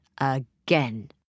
again